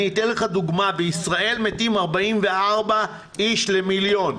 אני אתן לך דוגמה, בישראל מתים 44 איש למיליון,